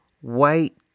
white